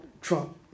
Trump